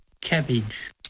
Cabbage